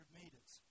meters